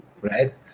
right